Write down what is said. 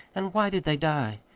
and why did they die?